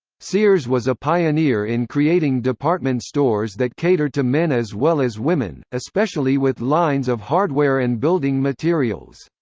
sears was a pioneer in creating department stores that catered to men as well as women, especially with lines of hardware and building materials.